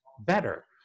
better